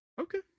Okay